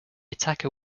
attacker